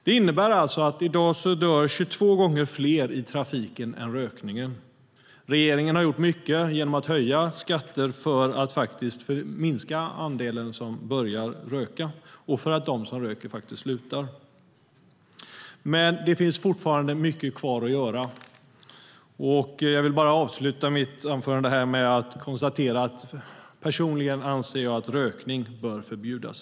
Det innebär att i dag dör 22 gånger fler av rökning än i trafiken. Regeringen har gjort mycket genom att höja skatter för att minska andelen som börjar röka och för att de som röker faktiskt slutar. Men det finns fortfarande mycket kvar att göra. Jag vill avsluta mitt anförande med att konstatera att jag personligen anser att rökning bör förbjudas.